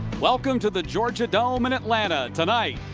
welcome to the georgia dome in atlanta. tonight,